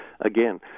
Again